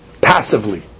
Passively